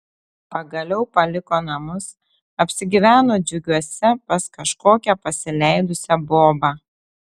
pagaliau paliko namus apsigyveno džiuguose pas kažkokią pasileidusią bobą